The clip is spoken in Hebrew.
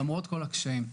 למרות כל הקשיים.